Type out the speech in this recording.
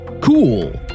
Cool